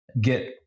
get